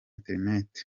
internet